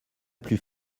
plus